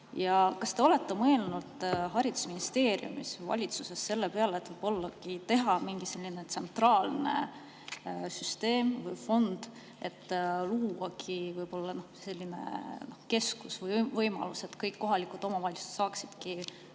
Kas te olete mõelnud haridusministeeriumis või valitsuses selle peale, et võib-olla teha mingi tsentraalne süsteem, fond, luuagi selline keskus või võimalus, et kõik kohalikud omavalitsused saaksidki